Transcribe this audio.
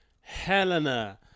Helena